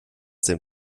dem